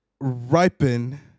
Ripen